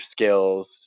skills